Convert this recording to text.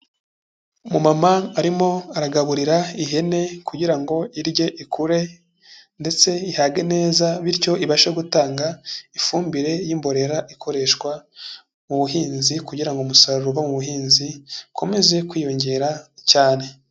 Umumama arimo aragaburira ihene kugira ngo irye ikure, ndetse ihage neza bityo ibashe gutanga ifumbire y'imborera ikoreshwa mu buhinzi, kugira ngo umusaruro uva mu buhinzi ikomeze kwiyongera cyane.